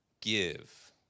Give